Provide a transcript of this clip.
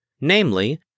Namely